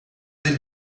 del